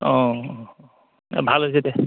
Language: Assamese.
অঁ অ ভাল হৈছে এতিয়া